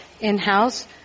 in-house